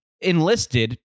enlisted